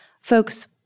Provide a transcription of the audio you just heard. Folks